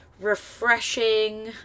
refreshing